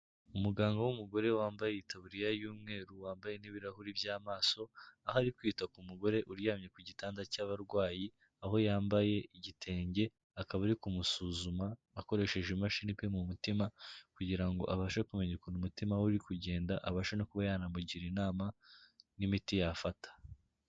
Umuganga w'umugore wambaye itaburiya y'umweru wambaye n'ibirahuri by'amaso aho ari kwita ku mugore uryamye ku gitanda cy'abarwayi, aho yambaye igitenge akaba ari kumusuzuma akoresheje imashini kari mu mutima kugira abashe kumenya ukuntu umutima we uri kugenda, abasha no kuba yanamugira inama n'imiti yafata.